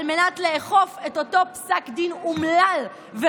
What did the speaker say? על מנת לאכוף את אותו פסק דין אומלל ובזוי.